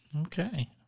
Okay